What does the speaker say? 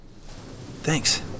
Thanks